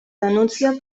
denúncia